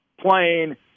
plane